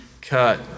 cut